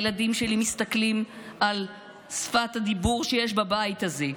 הילדים שלי מסתכלים על שפת הדיבור שיש בבית הזה.